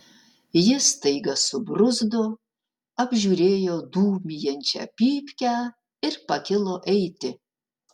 jis staiga subruzdo apžiūrėjo dūmijančią pypkę ir pakilo eiti